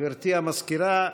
גברתי המזכירה,